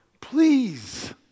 please